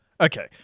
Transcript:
okay